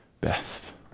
best